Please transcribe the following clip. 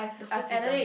the first season